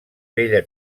vella